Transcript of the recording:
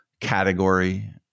category